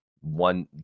one